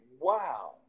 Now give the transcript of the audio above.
wow